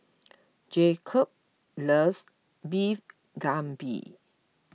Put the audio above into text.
Jakob loves Beef Galbi